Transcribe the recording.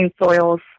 soils